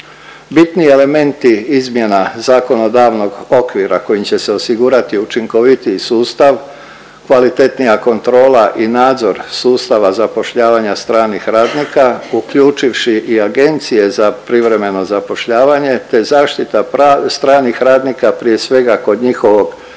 Bitni elementi izmjena zakonodavnog okvira kojim će se osigurati učinkovitiji sustav, kvalitetnija kontrola i nadzor sustava zapošljavanja stranih radnika, uključivši i agencije za privremeno zapošljavanje te zaštita stranih radnika, prije svega, kod njihovog